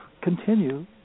continue